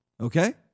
Okay